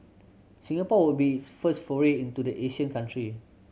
Singapore would be its first foray into the Asian country